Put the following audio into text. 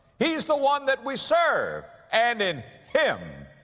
he's the one that we serve. and in him,